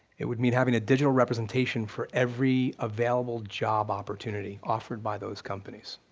it would mean having a digital representation for every available job opportunity offered by those companies.